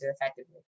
effectively